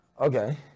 okay